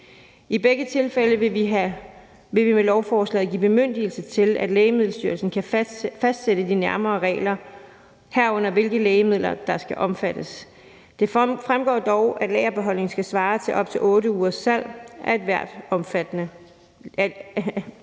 I begge tilfælde vil vi med lovforslaget give bemyndigelse til, at Lægemiddelstyrelsen kan fastsætte de nærmere regler, herunder hvilke lægemidler der skal omfattes. Det fremgår dog, at lagerbeholdningen skal svare til op til 8 ugers salg af hvert af de omfattede lægemidler.